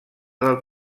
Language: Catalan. del